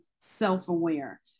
self-aware